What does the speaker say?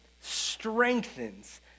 strengthens